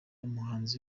umuhanzi